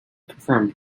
confirmed